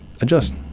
adjust